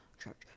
church